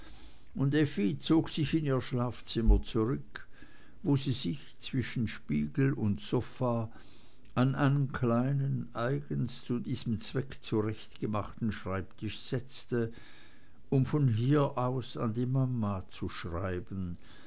und effi zog sich in ihr schlafzimmer zurück wo sie sich zwischen spiegel und sofa an einen kleinen eigens zu diesem zweck zurechtgemachten schreibtisch setzte um von hier aus an die mama zu schreiben